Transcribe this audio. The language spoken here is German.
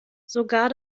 sogar